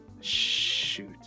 shoot